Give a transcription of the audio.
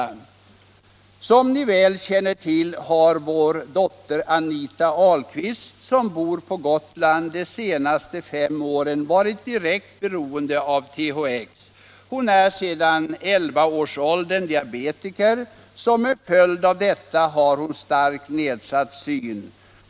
Det heter i brevet: ”Som Ni väl känner till har vår dotter Anita Ahlqvist, som bor på Gotland, de senaste fem åren varit direkt beroende av THX. Hon är sedan 11-årsåldern diabetiker. Som en följd av detta har hon starkt nedsatt syn.